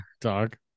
dog